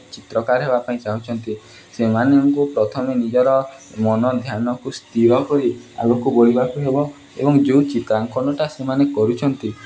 ଚିତ୍ରକାର ହେବା ପାଇଁ ଚାହୁଁଛନ୍ତି ସେମାନଙ୍କୁ ପ୍ରଥମେ ନିଜର ମନ ଧ୍ୟାନକୁ ସ୍ଥିିର କରି ଆଗକୁ ବଢ଼ିବାକୁ ହେବ ଏବଂ ଯେଉଁ ଚିତ୍ରାଙ୍କନଟା ସେମାନେ କରୁଛନ୍ତି